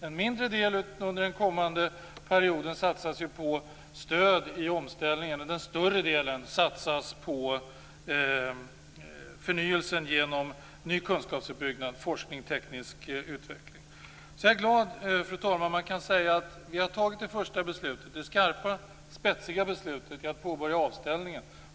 En mindre del under den kommande perioden satsas ju på stöd vid omställningen. Den större delen satsas på förnyelsen genom ny kunskapsuppbyggnad, forskning och teknisk utveckling. Fru talman! Jag är alltså glad att kunna säga att vi har fattat det första - skarpa och spetsiga - beslutet att påbörja avställningen.